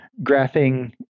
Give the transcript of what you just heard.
graphing